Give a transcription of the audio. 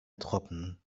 truppen